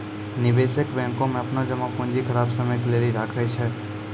निवेशक बैंको मे अपनो जमा पूंजी खराब समय के लेली राखै छै